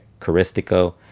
Caristico